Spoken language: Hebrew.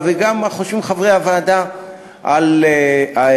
וגם במה שחושבים חברי הוועדה על המעשים.